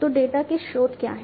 तो डेटा के स्रोत क्या हैं